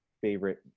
favorite